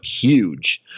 huge